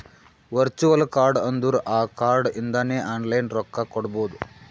virtual card ಅಂದುರ್ ಆ card ಇಂದಾನೆ ಆನ್ಲೈನ್ ರೊಕ್ಕಾ ಕೊಡ್ಬೋದು